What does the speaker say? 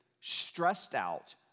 stressed-out